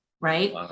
Right